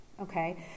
Okay